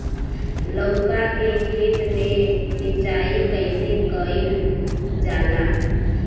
लउका के खेत मे सिचाई कईसे कइल जाला?